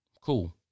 Cool